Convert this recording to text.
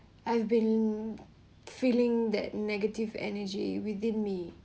I've been feeling that negative energy within me